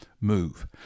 move